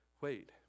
Wait